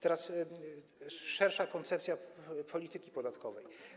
Teraz szersza koncepcja polityki podatkowej.